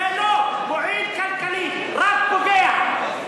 זה לא מועיל כלכלית, רק פוגע.